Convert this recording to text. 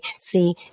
See